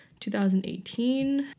2018